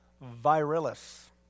virilis